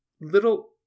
little